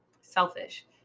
selfish